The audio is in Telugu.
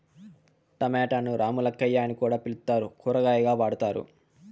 టమోటాను రామ్ములక్కాయ అని కూడా పిలుత్తారు, కూరగాయగా వాడతారు